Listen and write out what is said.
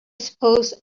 suppose